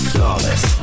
Flawless